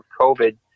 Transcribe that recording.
COVID